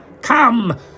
Come